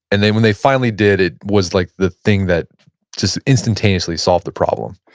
and then when they finally did it was like the thing that just instantaneously solved the problem?